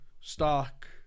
Stark